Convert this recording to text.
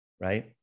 right